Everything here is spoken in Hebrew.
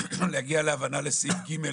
להגיע להבנה לגבי סעיף ג'